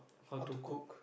how to cook